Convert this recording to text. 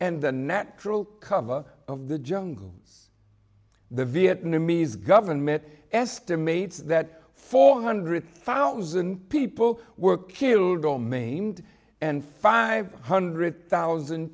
and the natural cover of the jungle the vietnamese government estimates that four hundred thousand people were killed or maimed and five hundred thousand